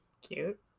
Cute